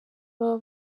baba